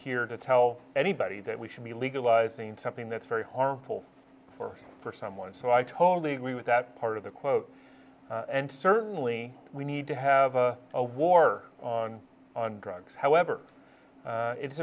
here to tell anybody that we should be legalizing something that's very harmful or for someone so i totally agree with that part of the quote and certainly we need to have a war on drugs however it's